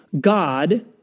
God